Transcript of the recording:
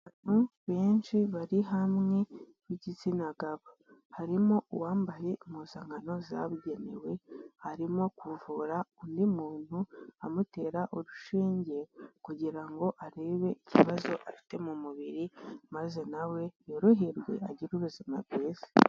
Abantu benshi bari hamwe b'igitsina gabo, harimo uwambaye impuzankano zabugenewe, arimo kuvura undi muntu amutera urushinge kugira ngo arebe ikibazo afite mu mubiri, maze na we yoroherwe agire ubuzima bwiza.